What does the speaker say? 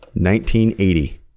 1980